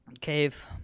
Cave